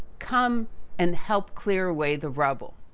come and help clear away the rubble.